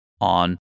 on